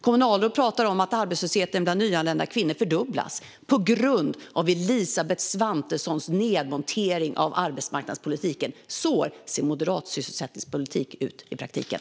Kommunalråd pratar om att arbetslösheten bland nyanlända kvinnor fördubblas på grund av Elisabeth Svantessons nedmontering av arbetsmarknadspolitiken. Så ser moderat sysselsättningspolitik ut i praktiken.